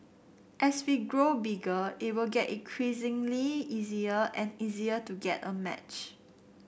as we grow bigger it will get increasingly easier and easier to get a match